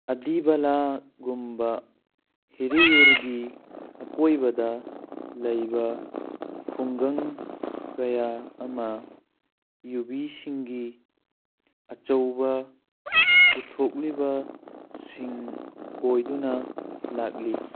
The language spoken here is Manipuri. ꯑꯗꯤꯕꯂꯥꯒꯨꯝꯕ ꯍꯤꯔꯤꯌꯨꯔꯒꯤ ꯑꯀꯣꯏꯕꯗ ꯂꯩꯕ ꯈꯨꯡꯒꯪ ꯀꯌꯥ ꯑꯃ ꯌꯨꯕꯤꯁꯤꯡꯒꯤ ꯑꯆꯧꯕ ꯄꯨꯊꯣꯛꯂꯤꯕꯁꯤꯡ ꯑꯣꯏꯗꯨꯅ ꯂꯥꯛꯂꯤ